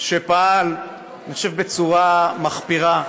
שפעל בצורה מחפירה,